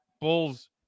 bulls